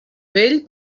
vell